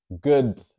good